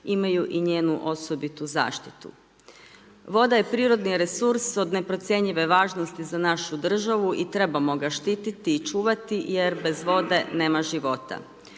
imaju i njenu osobitu zaštitu. Voda je prirodni resurs od neprocjenjive važnosti za našu državu i trebamo ga štiti i čuvati, jer bez vode nema života.